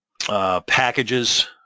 Packages